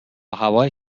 هوای